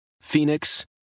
Phoenix